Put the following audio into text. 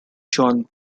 john